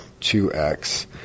2x